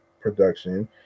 production